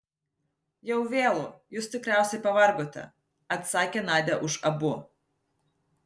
jau vėlu jūs tikriausiai pavargote atsakė nadia už abu